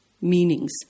meanings